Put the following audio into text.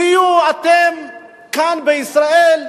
תהיו אתם, כאן, בישראל,